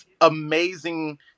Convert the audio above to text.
amazing